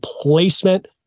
placement